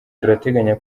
turateganya